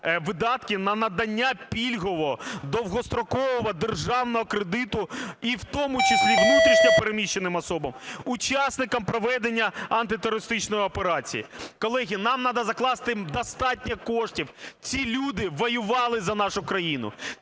на надання пільгового, дострокового державного кредиту і в тому числі внутрішньо переміщеним особам, учасникам проведення антитерористичної операції. Колеги, нам треба закласти достатньо коштів. Ці люди воювали за нашу країну,